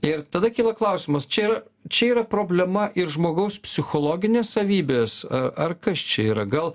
ir tada kyla klausimas čia yra čia yra problema ir žmogaus psichologinės savybės ar kas čia yra gal